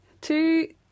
two